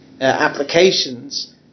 applications